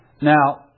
Now